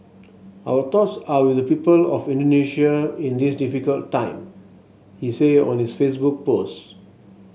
our thoughts are with the people of Indonesia in this difficult time he said on his Facebook post